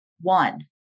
one